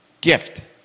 Gift